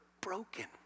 broken